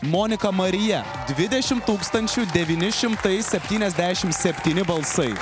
monika marija dvidešimt tūkstančių devyni šimtai septyniasdešimt septyni balsai